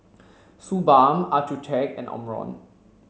Suu Balm Accucheck and Omron